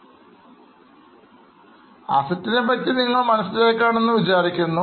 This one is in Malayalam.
എന്താണ് Assets എന്നതിനെ പറ്റി നിങ്ങൾ മനസ്സിലാക്കിക്കാണും എന്ന് വിചാരിക്കുന്നു